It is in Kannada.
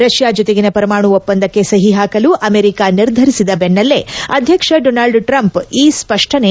ರಷ್ಕಾ ಜತೆಗಿನ ಪರಮಾಣು ಒಪ್ಪಂದಕ್ಕೆ ಸಹಿ ಹಾಕಲು ಅಮೆರಿಕ ನಿರ್ಧರಿಸಿದ ಬೆನ್ನಲ್ಲೇ ಅಧ್ಯಕ್ಷ ಡೊನಾಲ್ಡ್ ಟ್ರಂಪ್ ಈ ಸ್ಪಷ್ಟನೆ ನೀಡಿದ್ದಾರೆ